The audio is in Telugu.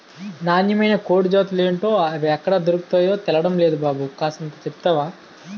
నాన్నమైన కోడి జాతులేటో, అయ్యెక్కడ దొర్కతాయో తెల్డం నేదు బాబు కూసంత సెప్తవా